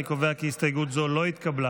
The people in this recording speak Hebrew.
אני קובע כי הסתייגות זו לא התקבלה.